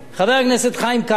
חבר הכנסת חיים כץ,